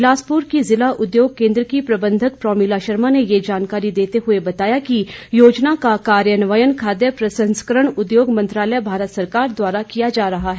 बिलासपुर की जिला उद्योग केंद्र की प्रबंधक प्रोमिला शर्मा ने ये जानकारी देते हुए बताया कि योजना का कार्यन्वयन खाद्य प्रसंस्करण उद्योग मंत्रालय भारत सरकार द्वारा किया जा रहा है